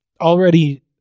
already